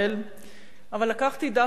אבל לקחתי דווקא שניים,